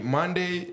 Monday